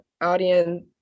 audience